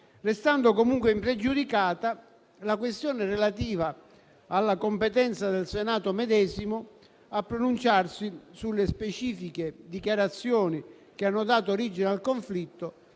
restando comunque impregiudicata la questione relativa alla competenza del Senato medesimo a pronunciarsi sulle specifiche dichiarazioni che hanno dato origine al conflitto,